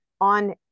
on